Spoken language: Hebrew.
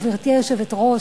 גברתי היושבת-ראש,